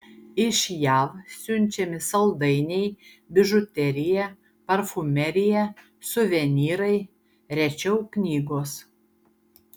iš jav siunčiami saldainiai bižuterija parfumerija suvenyrai rečiau knygos